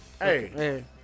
Hey